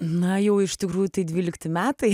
na jau iš tikrųjų tai dvylikti metai